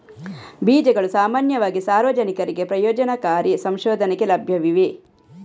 ಬೀಜಗಳು ಸಾಮಾನ್ಯವಾಗಿ ಸಾರ್ವಜನಿಕರಿಗೆ ಪ್ರಯೋಜನಕಾರಿ ಸಂಶೋಧನೆಗೆ ಲಭ್ಯವಿವೆ